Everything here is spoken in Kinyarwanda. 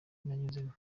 nanyuzemo